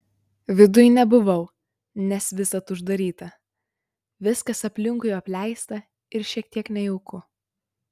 viduj nebuvau nes visad uždaryta viskas aplinkui apleista ir šiek tiek nejauku